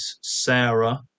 Sarah